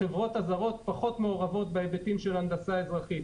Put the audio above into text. החברות הזרות פחות מעורבות בהיבטים של הנדסה אזרחית.